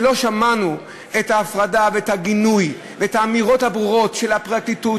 שלא שמענו את ההפרדה ואת הגינוי ואת האמירות הברורות של הפרקליטות,